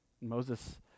Moses